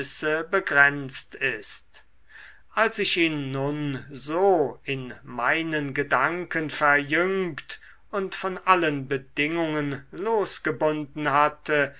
begrenzt ist als ich ihn nun so in meinen gedanken verjüngt und von allen bedingungen losgebunden hatte